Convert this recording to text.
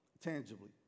tangibly